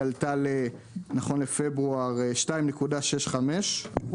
היא עלתה נכון לפברואר ל-2.65%